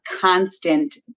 constant